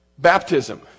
Baptism